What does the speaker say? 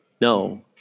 No